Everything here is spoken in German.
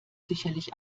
sicherlich